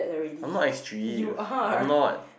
I'm not extreme I'm not